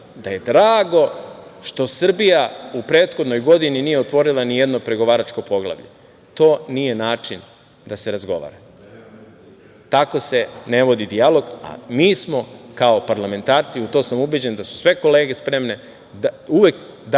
da je drago što Srbija u prethodnoj godini nije otvorila ni jedno pregovaračko poglavlje. To nije način da se razgovara. Tako se ne vodi dijalog. Mi smo kao parlamentarci, u to sam ubeđen da su sve kolege spremne da uvek